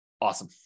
Awesome